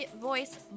voice